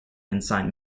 inside